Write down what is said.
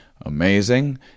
amazing